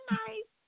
nice